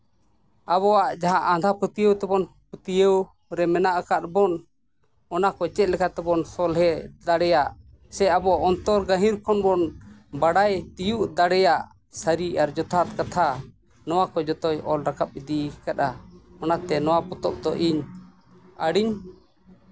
ᱟᱵᱚᱣᱟᱜ ᱡᱟᱦᱟᱸ ᱟᱸᱫᱷᱟᱯᱟᱹᱛᱭᱟᱹᱣ ᱨᱮ ᱡᱟᱦᱟᱸ ᱯᱟᱹᱛᱭᱟᱹᱣ ᱨᱮ ᱢᱮᱱᱟᱜ ᱟᱠᱟᱫ ᱵᱚᱱ ᱚᱱᱟᱠᱚ ᱪᱮᱫ ᱞᱮᱠᱟ ᱛᱮᱵᱚᱱ ᱥᱚᱞᱦᱮ ᱫᱟᱲᱮᱭᱟᱜ ᱥᱮ ᱟᱵᱚ ᱚᱱᱛᱚᱨ ᱜᱟᱹᱦᱤᱨ ᱠᱷᱚᱱ ᱵᱚᱱ ᱵᱟᱲᱟᱭ ᱛᱤᱭᱳᱜ ᱫᱟᱲᱮᱭᱟᱜ ᱥᱟᱹᱨᱤ ᱟᱨ ᱡᱚᱛᱷᱟᱛ ᱠᱟᱛᱷᱟ ᱱᱚᱣᱟ ᱠᱚ ᱡᱚᱛᱚᱭ ᱚᱞ ᱨᱟᱠᱟᱵ ᱤᱫᱤ ᱟᱠᱟᱫᱟ ᱚᱱᱟᱛᱮ ᱱᱚᱣᱟ ᱯᱚᱛᱚᱵ ᱫᱚ ᱤᱧ ᱟᱹᱰᱤᱧ